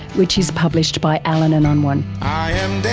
which is published by allen and unwin.